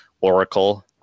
Oracle